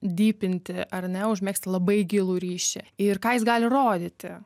dypinti ar ne užmegzti labai gilų ryšį ir ką jis gali rodyti